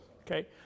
Okay